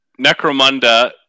Necromunda